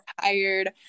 tired